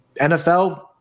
NFL